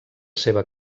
seva